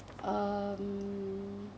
um